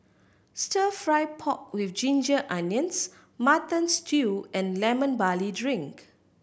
Stir Fry pork with ginger onions Mutton Stew and Lemon Barley Drink